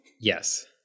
Yes